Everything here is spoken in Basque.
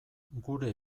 gure